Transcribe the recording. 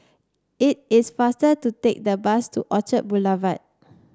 it is faster to take the bus to Orchard Boulevard